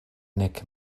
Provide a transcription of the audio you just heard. nek